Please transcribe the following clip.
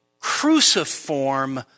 cruciform